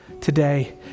today